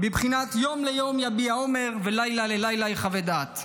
בבחינת יום ליום יביע אומר ולילה ללילה יחווה דעת.